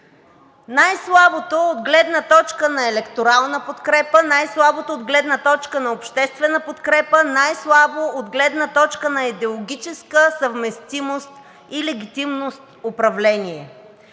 най-слабото от гледна точка на електорална подкрепа, най-слабото от гледна точка на обществена подкрепа, най-слабото от гледна точка на идеологическа съвместимост и легитимност управление.